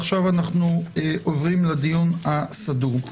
עכשיו אנחנו עוברים לדיון הסדור.